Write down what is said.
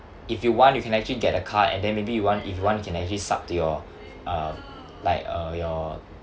if you want you can actually get a card and then maybe you want if you want you can actually supp to your uh like uh your